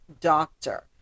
doctor